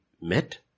met